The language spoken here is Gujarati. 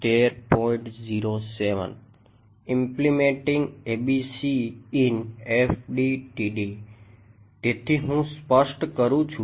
તેથી હું સ્પષ્ટ કરું છું